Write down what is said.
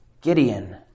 Gideon